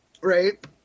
right